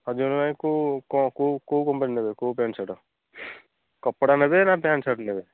ହଁ ଦୁଇ ଜଣଙ୍କ ପାଇଁ କେଉଁ କ'ଣ କେଉଁ କେଉଁ କମ୍ପାନୀର ନେବେ କେଉଁ ପ୍ୟାଣ୍ଟ୍ ସାର୍ଟ୍ କପଡ଼ା ନେବେ ନା ପ୍ୟାଣ୍ଟ୍ ସାର୍ଟ୍ ନେବେ